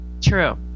True